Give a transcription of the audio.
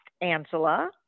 Angela